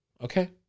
Okay